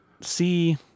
see